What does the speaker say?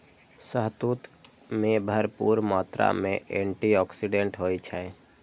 शहतूत मे भरपूर मात्रा मे एंटी आक्सीडेंट होइ छै